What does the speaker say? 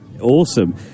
Awesome